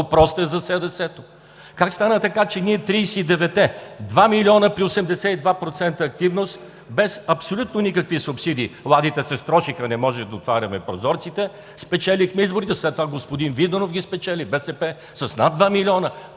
проста е за СДС-то.“ Как стана така, че ние, 39-те, 2 милиона при 82% активност, без абсолютно никакви субсидии – ладите се строшиха, не можехме да отваряме прозорците, спечелихме изборите? След това господин Виденов ги спечели – БСП с над 2 милиона,